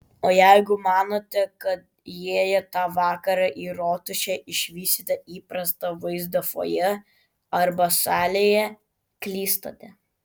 o jeigu manote kad įėję tą vakarą į rotušę išvysite įprastą vaizdą fojė arba salėje klystate